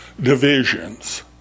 divisions